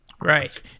Right